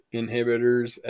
inhibitors